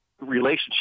relationship